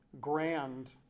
grand